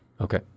Okay